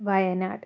Wayanad